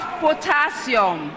potassium